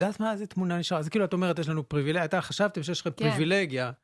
אז מה, איזה תמונה נשארה? זה כאילו את אומרת, יש לנו פריווילגיה. אתה חשבת שיש לך פריווילגיה.